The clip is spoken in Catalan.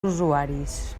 usuaris